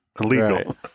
illegal